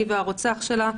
היא והרוצח שלה,